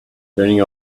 turning